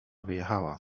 wyjechała